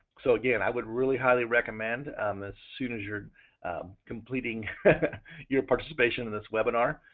so again, i would really highly recommend um as soon as you're completing your participation in this webinar